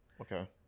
Okay